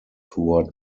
toward